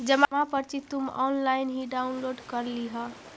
जमा पर्ची तुम ऑनलाइन ही डाउनलोड कर लियह